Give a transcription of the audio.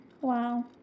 Wow